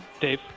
Dave